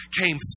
came